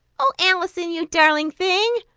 oh, alison, you darling thing!